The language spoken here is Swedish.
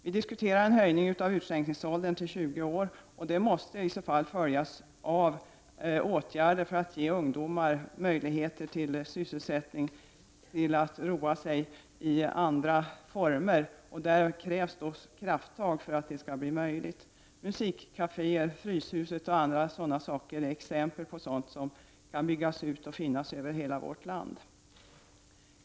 Man diskuterar en höjning av utskänkningsåldern till 20 år, som i så fall måste följas av åtgärder för att ge ungdomarna möjligheter till sysselsättning och att roa sig i andra former. Det krävs krafttag för att detta skall bli möjligt. Musikkaféer, Fryshuset och annat är exempel på sådant, som kan byggas ut över hela vårt land.